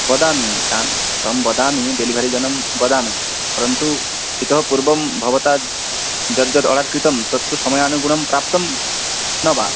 वदामि तान् तं वदामि डेलिवरि जनं वदामि परन्तु इतः पूर्वं भवता यद् यद् आर्डर् कृतं तत् तत्तु समयानुगुणं प्राप्तं न वा